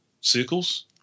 circles